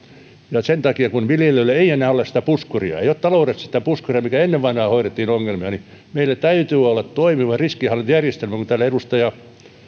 ja sen takia kun viljelijöillä ei enää ole sitä puskuria ei ole taloudessa sitä puskuria millä ennen vanhaan hoidettiin ongelmia niin meillä täytyy olla toimiva riskinhallintajärjestelmä niin kuin täällä edellä